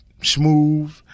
smooth